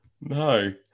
No